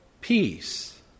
peace